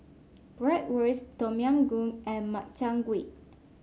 Bratwurst Tom Yam Goong and Makchang Gui